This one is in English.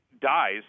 dies